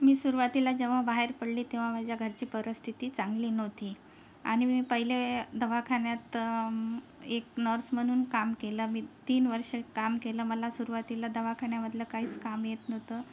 मी सुरुवातीला जेव्हा बाहेर पडले तेव्हा माझ्या घरची परिस्थिती चांगली नव्हती आणि मी पहिले दवाखान्यात एक नर्स म्हणून काम केलं मी तीन वर्ष काम केलं मला सुरवातीला दवाखान्यामधलं काहीच काम येत नव्हतं